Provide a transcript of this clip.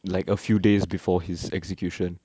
like a few days before his execution